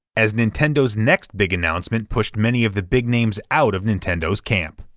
as nintendo's next big announcement pushed many of the big names out of nintendo's camp.